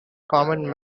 common